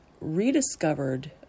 rediscovered